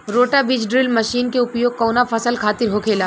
रोटा बिज drill machine के उपयोग कऊना फसल खातिर होखेला?